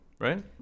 right